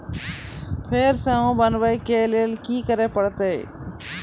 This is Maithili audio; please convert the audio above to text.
फेर सॅ बनबै के लेल की करे परतै?